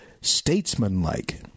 statesmanlike